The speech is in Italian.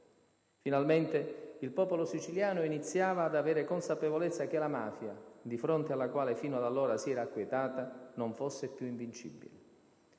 Finalmente il popolo siciliano iniziava ad avere consapevolezza che la mafia, di fronte alla quale fino ad allora si era acquietato, non fosse più invincibile.